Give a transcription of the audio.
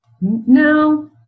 No